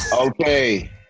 Okay